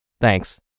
Thanks